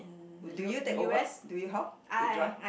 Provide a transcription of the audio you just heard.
do you take over do you how to drive